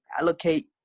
allocate